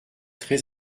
très